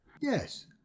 Yes